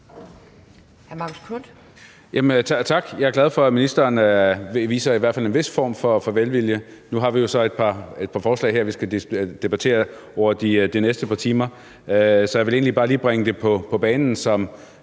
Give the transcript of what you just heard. Tak. Jeg er glad for, at ministeren udviser i hvert fald en vis form for velvilje. Nu har vi jo så et par forslag her, vi skal debattere over de næste par timer, så jeg ville egentlig bare lige bringe det på banen som